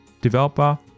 developer